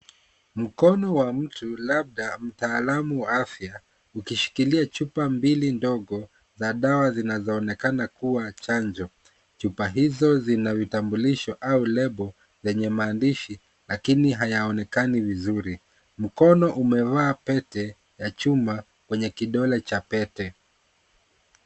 Mkono wa mtu labda mtaalamu afya, ukishikilia chupa mbili ndogo, za dawa zinazoonekana kuwa chanjo. Chupa hizo zina vitambulisho au lebo zenye maandishi, lakini hayaonekani vizuri. Mkono umevaa pete ya chuma kwenye kidole cha pete.